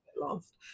lost